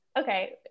Okay